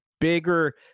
bigger